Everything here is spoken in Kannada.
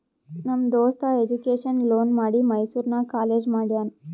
ನಮ್ ದೋಸ್ತ ಎಜುಕೇಷನ್ ಲೋನ್ ಮಾಡಿ ಮೈಸೂರು ನಾಗ್ ಕಾಲೇಜ್ ಮಾಡ್ಯಾನ್